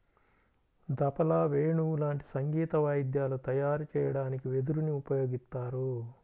తబలా, వేణువు లాంటి సంగీత వాయిద్యాలు తయారు చెయ్యడానికి వెదురుని ఉపయోగిత్తారు